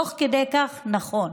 תוך כדי כך, נכון,